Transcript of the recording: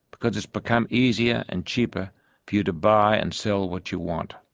because it's become easier and cheaper for you to buy and sell what you want.